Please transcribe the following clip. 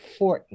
Fortnite